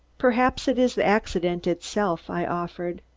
perhaps it is the accident itself, i offered.